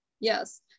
Yes